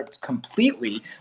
completely